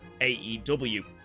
AEW